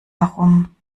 herum